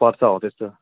पर्छ हो त्यस्तो